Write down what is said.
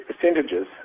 percentages